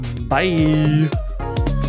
Bye